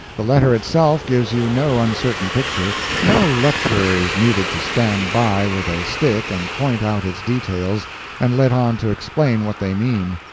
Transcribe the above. the letter itself gives you no uncertain picture no lecturer is needed to stand by with a stick and point out its details and let on to explain what they mean.